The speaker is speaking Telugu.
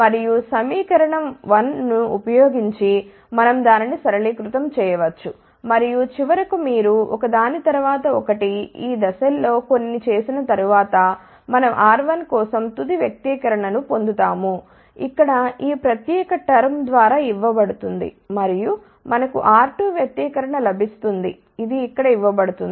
మరియు సమీకరణం 1 ను ఉపయోగించి మనం దానిని సరళీకృతం చేయ వచ్చు మరియు చివరకు మీరు ఒక దాని తర్వాత ఒకటి ఈ దశల్లో కొన్ని చేసిన తరువాత మనం R1 కోసం తుది వ్యక్తీకరణ ను పొందు తాము ఇక్కడ ఈ ప్రత్యేక టర్మ్ ద్వారా ఇవ్వబడింది మరియు మనకు R2 వ్యక్తీకరణ లభిస్తుంది ఇది ఇక్కడ ఇవ్వబడింది